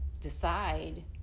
decide